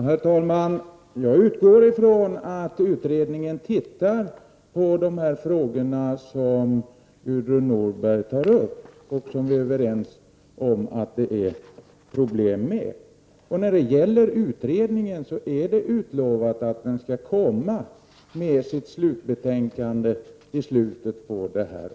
Herr talman! Jag utgår från att utredningen tittar på de frågor som Gudrun Norberg tar upp och som vi är överens om att det är problem med. Det är utlovat att utredningen skall komma med sitt slutbetänkande i slutet av detta år.